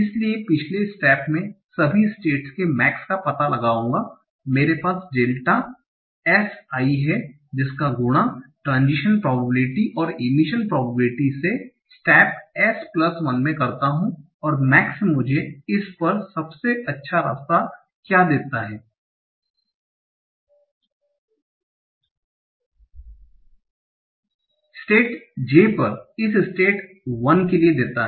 इसलिए मैं पिछले स्टेप में सभी स्टेट्स के max का पता लगाऊंगा मेरे पास डेल्टा S i है जिसका गुणा ट्रान्ज़िशन प्रोबेबिलिटी और इमिशन प्रोबेबिलिटी से स्टेप S प्लस 1 में करता हु और max मुझे इस पर सबसे अच्छा रास्ता क्या है देता हैं स्टेट j पर इस स्टेट 1 के लिए देता है